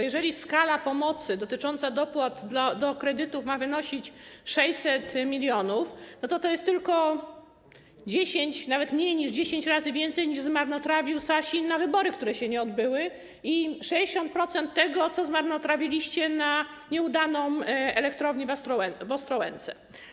Jeżeli skala pomocy dotycząca dopłat do kredytów ma wynosić 600 mln, to jest to tylko 10, nawet mniej niż 10 razy więcej, niż zmarnotrawił Sasin na wybory, które się nie odbyły, i 60% tego, co zmarnotrawiliście w przypadku nieudanej elektrowni w Ostrołęce.